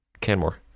Canmore